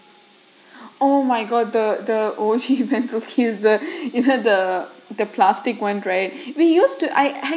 oh my god the the old pencil he is the you've had the the plastic one right we used to I I